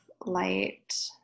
light